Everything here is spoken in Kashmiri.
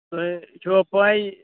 تۅہہِ چھُوا پَے